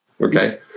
okay